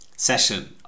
session